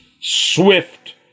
swift